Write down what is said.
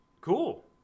Cool